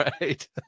Right